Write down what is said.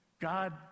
God